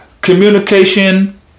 communication